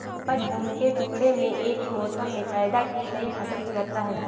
उपज भूमि के टुकड़े में एक ही मौसम में पैदा की गई फसल की मात्रा है